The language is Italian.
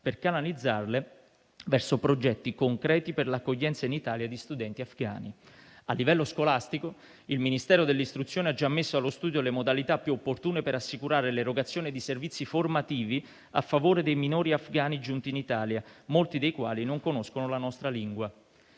per canalizzarle verso progetti concreti per l'accoglienza in Italia di studenti afghani. A livello scolastico, il Ministero dell'istruzione ha già messo allo studio le modalità più opportune per assicurare l'erogazione di servizi formativi a favore dei minori afghani giunti in Italia, molti dei quali non conoscono la nostra lingua.